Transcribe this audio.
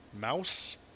Mouse